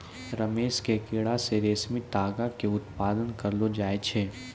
रेशम के कीड़ा से रेशमी तागा के उत्पादन करलो जाय छै